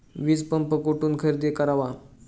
वीजपंप कुठून खरेदी करावा?